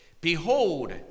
Behold